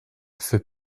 fait